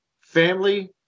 family